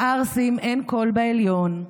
לערסים אין קול בעליון,